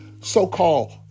so-called